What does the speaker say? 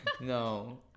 No